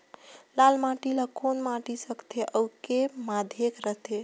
लाल माटी ला कौन माटी सकथे अउ के माधेक राथे?